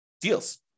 deals